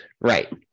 right